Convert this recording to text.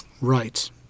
Right